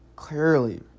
Clearly